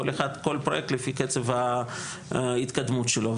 כל פרוייקט לפי קצב ההתקדמות שלו.